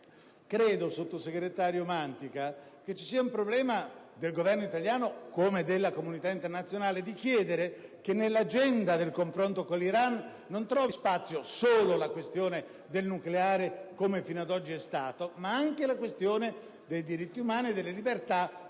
signor sottosegretario Mantica, credo che ci sia un problema per il Governo italiano come per la comunità internazionale: quello di chiedere che nell'agenda del confronto con l'Iran non trovi spazio solo la questione del nucleare, come fino ad oggi è stato, ma che anche quella dei diritti umani e delle libertà